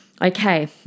Okay